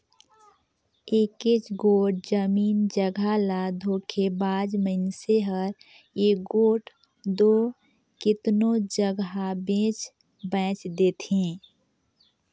एकेच गोट जमीन जगहा ल धोखेबाज मइनसे हर एगोट दो केतनो जगहा बेंच बांएच देथे